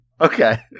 Okay